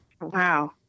Wow